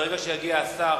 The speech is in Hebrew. ברגע שיגיע השר